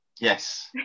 Yes